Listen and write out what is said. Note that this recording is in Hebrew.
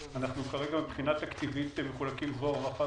כרגע מבחינה תקציבית אנחנו מחולקים: זרוע רווחה,